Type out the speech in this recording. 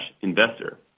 investor